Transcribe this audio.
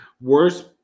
Worst